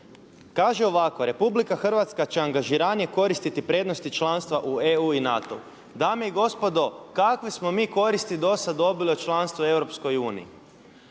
Kaže ovako, RH će angažiranije koristiti prednosti članstva u EU i NATO-u. Dame i gospodo, kakve smo mi koristiti do sada dobili od članstva u EU?